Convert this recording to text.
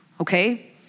Okay